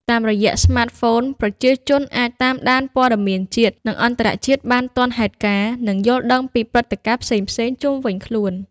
តាមរយៈស្មាតហ្វូន ប្រជាជនអាច តាមដានព័ត៌មានជាតិ និងអន្តរជាតិបានទាន់ហេតុការណ៍ និងយល់ដឹងពីព្រឹត្តិការណ៍ផ្សេងៗជុំវិញខ្លួន។